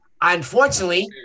Unfortunately